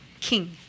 King